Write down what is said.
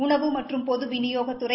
உணவு மற்றும் பொது விநியோகத்துறை